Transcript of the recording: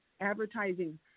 advertising